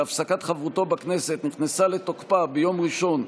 שהפסקת חברותו בכנסת נכנסה לתוקפה ביום ראשון,